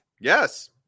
yes